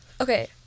Okay